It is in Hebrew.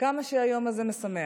כמה שהיום הזה משמח.